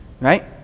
right